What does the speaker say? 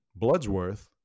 Bloodsworth